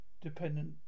dependent